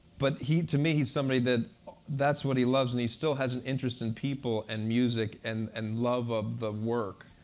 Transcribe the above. but to me, he's somebody that that's what he loves. and he still has an interest in people and music and and love of the work.